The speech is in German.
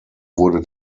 wurde